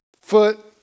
foot